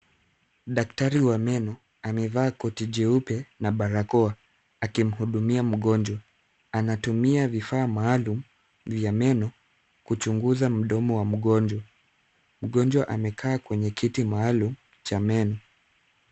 Daktari wa meno amevaa koti jeupe na barakoa akimuhudumia mgonjwa. Anatumia vifaa maalum vya meno, kuchunguza mdomo wa mgonjwa. Mgonjwa amekaa kwenye kiti maalum cha meno.